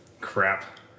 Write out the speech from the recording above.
crap